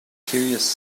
curious